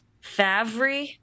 favre